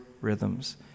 rhythms